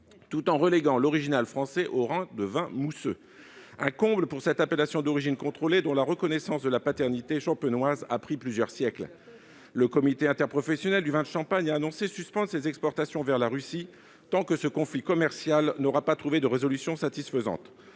tout en reléguant l'original français au rang de « vin mousseux ». C'est un comble pour cette appellation d'origine contrôlée, dont la reconnaissance de la paternité champenoise a pris plusieurs siècles ! Le comité interprofessionnel du vin de Champagne a annoncé suspendre ses exportations vers la Russie tant que ce conflit commercial n'aura pas trouvé de résolution satisfaisante.